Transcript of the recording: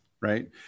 Right